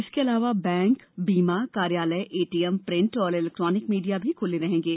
इसके अलावा बैंक बीमा कार्यालय एटीएम प्रिंट और इलेक्ट्रॉनिक मीडिया भी खुले रहेंगे